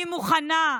אני מוכנה,